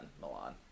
Milan